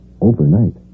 Overnight